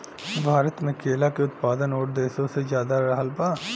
भारत मे केला के उत्पादन और देशो से ज्यादा रहल बा